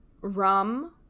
rum